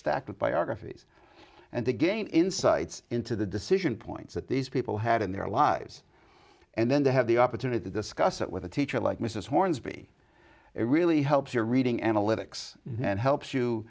with biographies and they gain insights into the decision points that these people had in their lives and then to have the opportunity to discuss that with a teacher like mrs hornsby it really helps your reading analytics and helps you